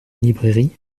librairie